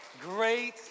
great